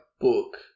book